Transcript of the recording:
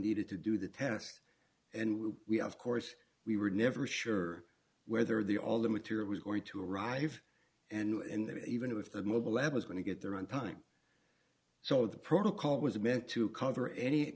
needed to do the test and we we of course we were never sure whether the all the material was going to arrive and that even if the mobile lab was going to get there on time so the protocol was meant to cover any